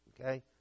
okay